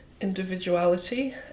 individuality